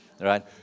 right